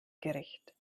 gericht